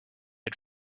had